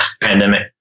pandemic